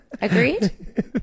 Agreed